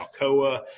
Alcoa